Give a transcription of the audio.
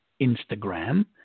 Instagram